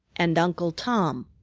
and uncle tom,